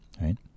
right